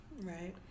Right